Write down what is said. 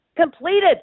completed